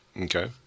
Okay